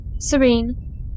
serene